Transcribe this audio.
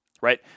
right